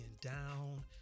down